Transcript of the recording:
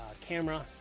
camera